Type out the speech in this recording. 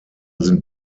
sind